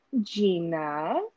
Gina